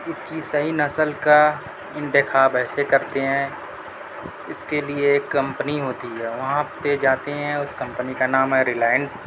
اس کی صحیح نسل کا انتخاب ایسے کرتے ہیں اس کے لئے کمپنی ہوتی ہے وہاں پہ جاتے ہیں اس کمپنی کا نام ہے ریلائنس